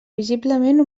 visiblement